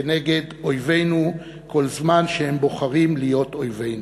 כנגד אויבינו כל זמן שהם בוחרים להיות אויבינו.